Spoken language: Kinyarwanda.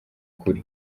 ukuri